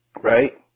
Right